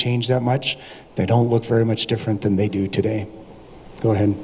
changed that much they don't look very much different than they do today go ahead